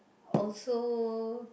also